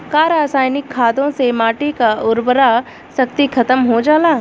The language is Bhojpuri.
का रसायनिक खादों से माटी क उर्वरा शक्ति खतम हो जाला?